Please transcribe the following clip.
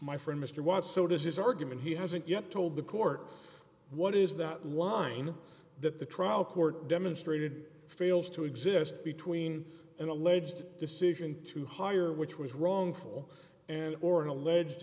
my friend mr watts so does his argument he hasn't yet told the court what is that line that the trial court demonstrated fails to exist between an alleged decision to hire which was wrongful and or an alleged